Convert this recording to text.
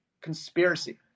Conspiracy